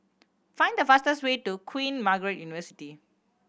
find the fastest way to Queen Margaret University